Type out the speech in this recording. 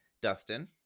Dustin